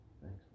thanks